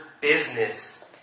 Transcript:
business